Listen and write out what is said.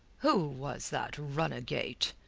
who was that runagate?